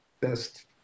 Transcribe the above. best